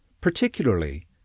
particularly